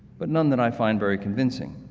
but none that i find very convincing.